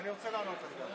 אני רוצה לענות רגע.